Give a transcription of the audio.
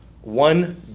one